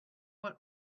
what